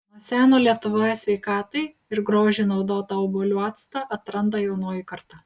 nuo seno lietuvoje sveikatai ir grožiui naudotą obuolių actą atranda jaunoji karta